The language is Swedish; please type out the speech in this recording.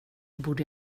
borde